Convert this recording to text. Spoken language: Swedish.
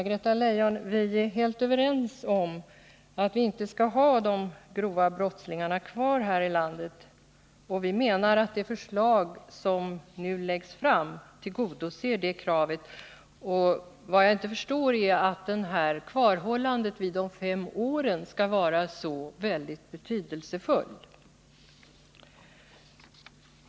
Fru talman! Vi är helt överens om, Anna-Greta Leijon, att vi inte skall ha de grova brottslingarna kvar här i landet. Utskottsmajoriteten anser att det förslag som nu läggs fram tillgodoser det kravet. Vad jag inte förstår är att kvarhållandet vid de fem åren skall vara så väldigt betydelsefullt.